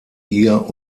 ihr